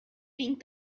being